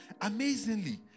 amazingly